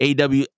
AW